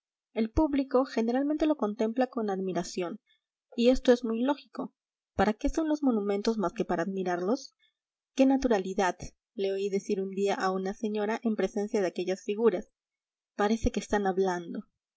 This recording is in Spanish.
el público generalmente lo contempla con admiración y esto es muy lógico para qué son los monumentos más que para admirarlos qué naturalidad le oí decir un día a una señora en presencia de aquellas figuras parece que están hablando